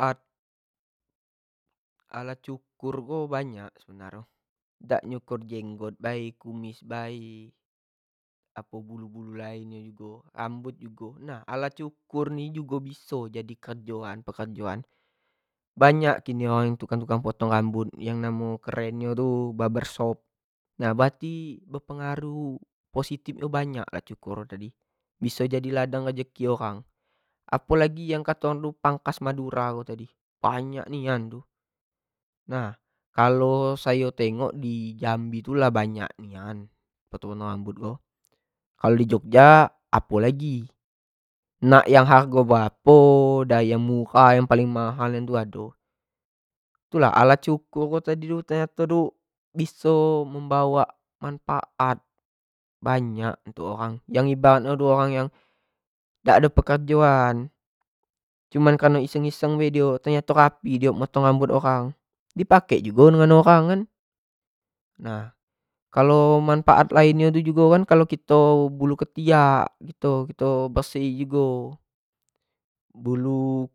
Alat cukur ko banyak sebenar nyo, dak nyukur jenggot bae, kumis bae, app bulu-bulu lain jugo, rambut jugo, nah piso cukur ni jugo biso jadi kerjoan jadi pekerjoan banyak yang kini orang tukang-tukang rambut yang namo nyo keren nyo barbershop nah berarti be pengaruh positif bnyak lat cukur tadi biso jadi ladang rezeki orang, apo lagi kato orang pangkas madura tadi tu, banyak nian tu nah kalo sayo tengok dimjambi tu lah banyak nian potong-potong rambut ko, kalo di jogja apo lagi nak yang hargo berapo dari yang murah yang paling mahal ado, tu lah alat cukur ko tadi ternyato biso membawa manfaat banyak untuk orang yang ibarat orang yang dak ado pekerjaan cuma kareno iseng-iseng be dio ternyato rapi io di pake dio jugo samo orang kan, kalo manfaat lain ado jugo kan kalo kito ketiak kito bersihkan jugo bulu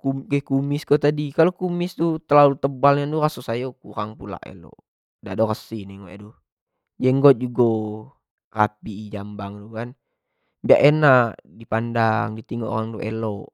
kumis ko tadi, kalo kumis ko terlalu tebal tadi raso sayo kurang pulo elok dak do resih nengok nyo itu, jenggot jugo rapi bersih jambang tu kan, biak enak di pandang di tengok orang tu elok.